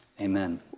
Amen